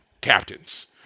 captains